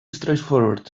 straightforward